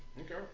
Okay